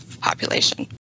population